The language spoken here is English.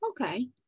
Okay